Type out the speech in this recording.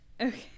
Okay